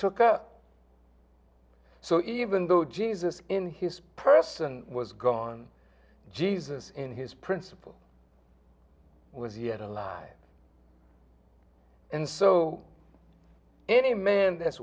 took up so even though jesus in his person was gone jesus in his principle was yet alive and so any man that's